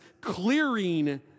clearing